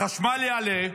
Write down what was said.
החשמל יעלה,